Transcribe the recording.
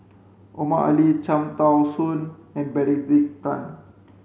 Omar Ali Cham Tao Soon and Benedict Tan